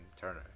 Turner